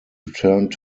returned